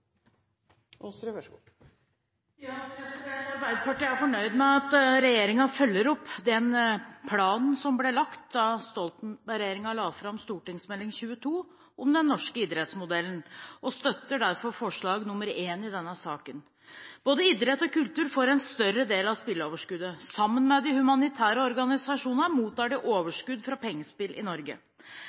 fornøyd med at regjeringen følger opp den planen som ble lagt da Stoltenberg-regjeringen la fram Meld. St. 26 om den norske idrettsmodellen, og støtter derfor I i komiteens tilråding. Både idrett og kultur får en større del av spilleoverskuddet. Sammen med de humanitære organisasjonene mottar de overskudd fra pengespill i Norge.